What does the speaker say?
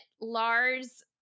Lars